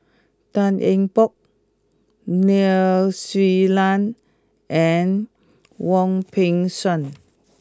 Tan Eng Bock Nai Swee Leng and Wong Peng Soon